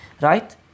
right